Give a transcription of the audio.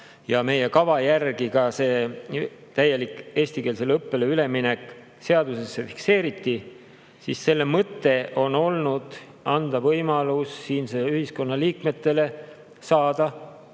ja meie kava järgi ka see täielik eestikeelsele õppele üleminek seadusesse fikseeriti. Selle mõte on olnud anda võimalus siinse ühiskonna liikmetele saada